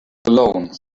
alone